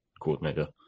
coordinator